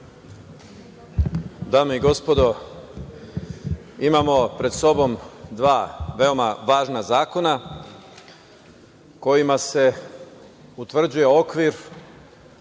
Dame i gospodo, imamo pred sobom dva veoma važna zakona kojima se utvrđuje okvir